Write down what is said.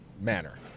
manner